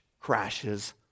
Crashes